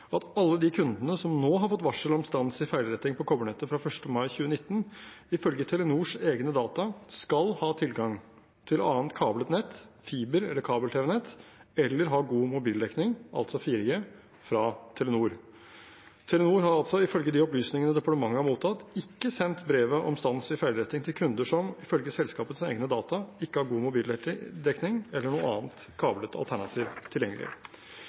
at alle de kundene som nå har fått varsel om stans i feilretting på kobbernettet fra 1. mai 2019, ifølge Telenors egne data skal ha tilgang til annet kablet nett, fiber- eller kabel-tv-nett – eller ha god mobildekning, altså 4G, fra Telenor. Telenor har altså ifølge de opplysningene departementet har mottatt, ikke sendt brevet om stans i feilretting til kunder som ifølge selskapets egne data ikke har god mobildekning eller noe annet kablet alternativ tilgjengelig.